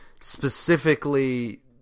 specifically